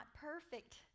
perfect